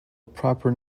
proper